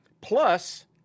Plus